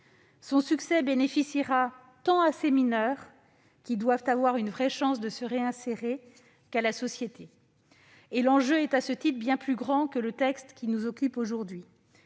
Son succès profitera tant aux mineurs, qui doivent avoir une réelle chance de se réinsérer, qu'à la société. L'enjeu est à cet égard bien plus grand que le texte qui nous occupe aujourd'hui.